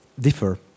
differ